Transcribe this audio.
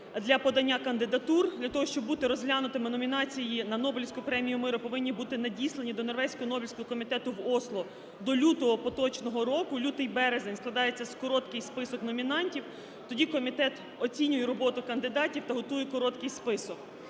для подання кандидатур, для того, щоб бути розглянутими, номінації на Нобелівську премію миру повинні бути надіслані до Норвезького Нобелівського комітету в Осло до лютого поточного року. Лютий-березень складається короткий список номінантів, тоді комітет оцінює роботу кандидатів та готує короткий список.